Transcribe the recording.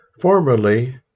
formerly